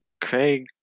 Craig